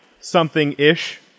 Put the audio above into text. something-ish